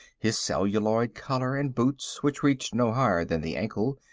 his celluloid collar, and boots which reached no higher than the ankle,